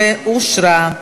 2013, אושרה.